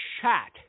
chat